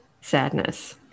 sadness